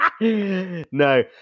No